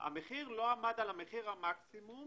המחיר לא עמד על מחיר המקסימום